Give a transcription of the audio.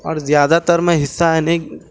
اور زیادہ تر میں حصہ ہے نا